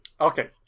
Okay